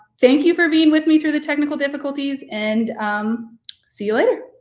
thank you for being with me through the technical difficulties, and see like